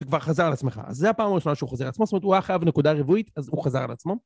כבר חזר על עצמך, אז זו הפעם הראשונה שהוא חזר על עצמו, זאת אומרת הוא היה חייב נקודה ריבועית, אז הוא חזר על עצמו.